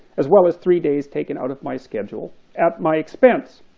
as well as three days taken out of my schedule at my expense.